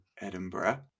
Edinburgh